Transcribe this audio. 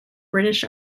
british